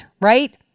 right